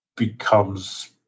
becomes